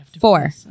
Four